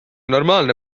normaalne